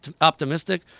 optimistic